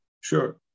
Sure